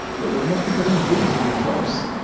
but we must be getting reasonably close.